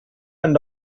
and